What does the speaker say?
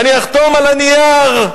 אני אחתום על הנייר,